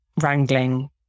wrangling